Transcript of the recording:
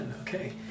okay